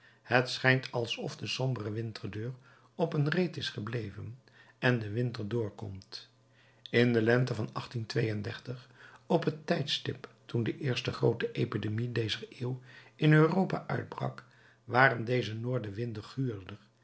het schijnt alsof de sombere winterdeur op een reet is gebleven en de wind er door komt in de lente van op het tijdstip toen de eerste groote epidemie dezer eeuw in europa uitbrak waren deze noordenwinden guurder